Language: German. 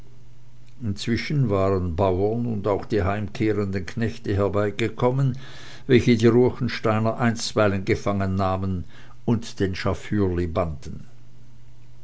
inzwischen waren bauern und auch die heimkehrenden knechte herbeigekommen welche die ruechensteiner einstweilen gefangennahmen und den schafürli